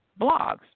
blogs